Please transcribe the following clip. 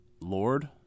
Lord